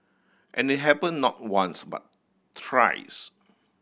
and it happened not once but thrice